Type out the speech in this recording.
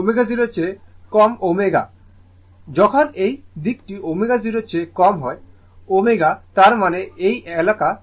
ω0 চেয়ে কম ω কম হয় যখন এই দিকটি ω0 চেয়ে কম ω তার মানে এই এলাকা